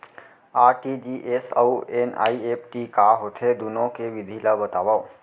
RTGS अऊ NEFT का होथे, दुनो के विधि ला बतावव